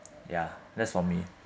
ya that's for me